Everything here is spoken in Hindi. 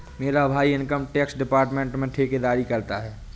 मेरा भाई इनकम टैक्स डिपार्टमेंट में ठेकेदारी करता है